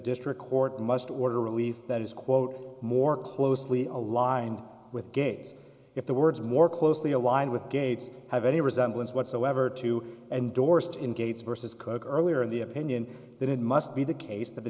district court must order relief that is quote more closely aligned with gays if the words more closely aligned with gates have any resemblance whatsoever to endorsed in gates versus cook earlier in the opinion that it must be the case